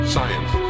Science